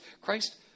Christ